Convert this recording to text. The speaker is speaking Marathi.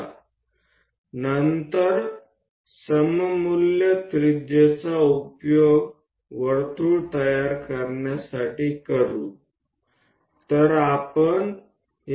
नंतर वर्तुळ तयार करण्यासाठी सममूल्य त्रिज्येचा उपयोग करू